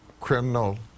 criminal